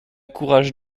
courage